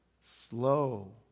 slow